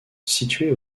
située